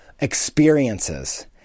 experiences